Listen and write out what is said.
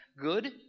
good